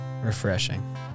Refreshing